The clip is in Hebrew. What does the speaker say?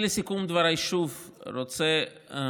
לסיכום דבריי: כאמור,